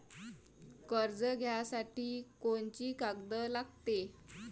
कर्ज घ्यासाठी कोनची कागद लागते?